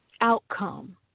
outcome